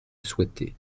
souhaiter